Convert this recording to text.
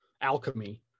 alchemy